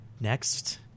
next